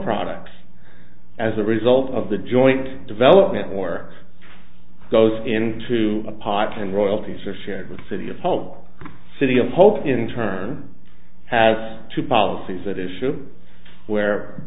products as a result of the joint development or goes into a pot and royalties are shared with the city of pulp city of hope in turn has to policies that issue where